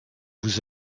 vous